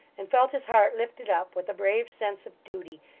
and felt his heart lifted up with a brave sense of duty,